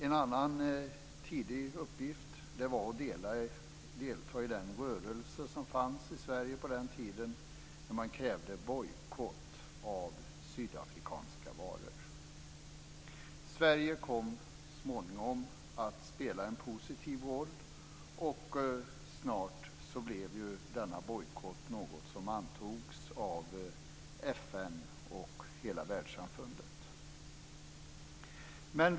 En annan tidig uppgift var att delta i den rörelse som fanns i Sverige på den tiden som krävde bojkott av sydafrikanska varor. Sverige kom så småningom att spela en positiv roll. Snart antogs denna bojkott av FN och hela världssamfundet.